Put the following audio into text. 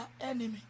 enemy